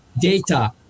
data